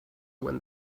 when